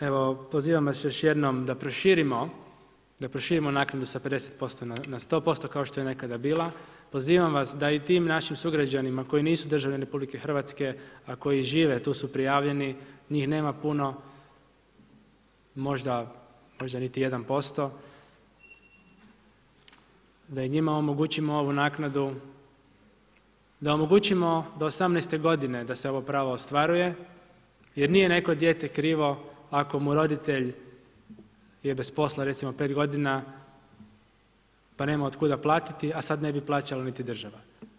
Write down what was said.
Evo pozivam vas još jednom da proširimo naknadu sa 50% na 100% kao što je nekada bila, pozivam vas da i tim našim sugrađanima koji nisu državljani RH, a koji žive, tu su prijavljeni, njih nema puno, možda niti 1%, da i njima omogućimo ovu naknadu, da omogućimo do 18. godine da se ovo pravo ostvaruje jer nije neko dijete krivo ako mu roditelj je bez posla recimo 5 godina pa nema od kud platiti pa sad ne bi plaćala niti država.